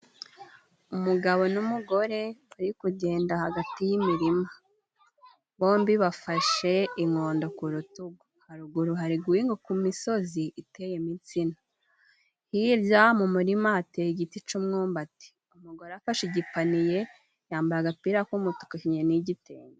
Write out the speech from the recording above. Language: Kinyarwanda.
Umugabo n'umugore bari kugenda hagati y'imirima. Bombi bafashe inkondo ku rutugu. Haguru hari guhinguka imisozi iteyemo imisina. Hirya mu murima hateye igiti c'ummbati, umugore afashe igipaniye, yambaye agapira k'umutuku, akenyeye n'igitenge.